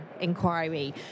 Inquiry